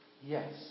yes